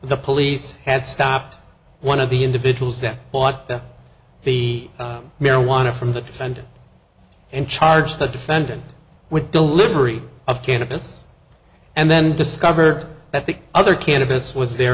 the police had stopped one of the individuals that bought the marijuana from the defendant and charged the defendant with delivery of cannabis and then discovered that the other cannabis was there